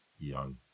young